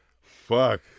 Fuck